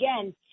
again